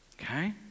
Okay